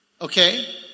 okay